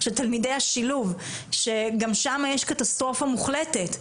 על תלמידי השילוב שגם שם יש קטסטרופה מוחלטת.